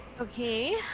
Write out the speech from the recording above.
Okay